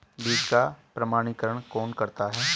बीज का प्रमाणीकरण कौन करता है?